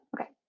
okay